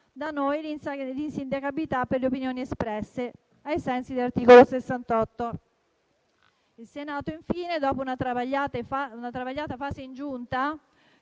da noi l'insindacabilità per le opinioni espresse, ai sensi dell'articolo 68. Il Senato, infine, dopo una travagliata fase in Giunta,